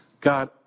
God